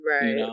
Right